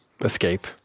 escape